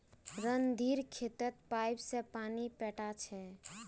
रणधीर खेतत पाईप स पानी पैटा छ